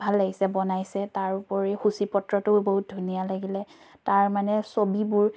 ভাল লাগিছে বনাইছে তাৰ উপৰি সূচীপত্ৰটোও বহুত ধুনীয়া লাগিলে তাৰ মানে ছবিবোৰ